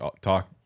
talk